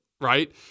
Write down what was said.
right